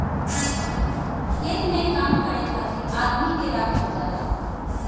खेत में काम करे खातिर आदमी के राखल जाला